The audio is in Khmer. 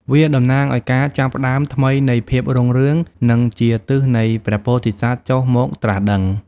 វាតំណាងឲ្យការចាប់ផ្តើមថ្មីនៃភាពរុងរឿង និងជាទិសនៃព្រះពោធិសត្វចុះមកត្រាស់ដឹង។